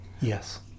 Yes